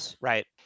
right